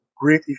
great